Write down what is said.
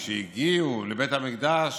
וכשהגיעו לבית המקדש